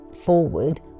forward